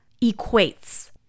equates